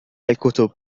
الكتب